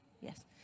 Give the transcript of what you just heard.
Yes